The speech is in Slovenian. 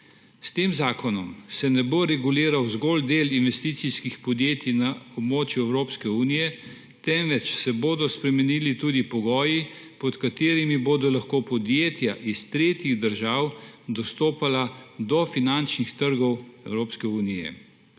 S tem zakonom se ne bo reguliral zgolj del investicijskih podjetij na območju Evropske unije, temveč se bodo spremenili tudi pogoji, pod katerimi bodo lahko podjetja iz tretjih držav dostopala do finančnih trgov Evropske unije.